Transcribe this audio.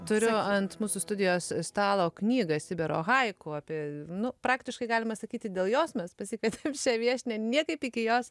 turiu ant mūsų studijos stalo knygą sibiro haiku apie nu praktiškai galima sakyti dėl jos mes pasikvietėm šią viešnią niekaip iki jos